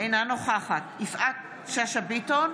אינה נוכחת יפעת שאשא ביטון,